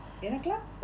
என்ன:enna club